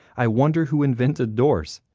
i wonder who invented doors.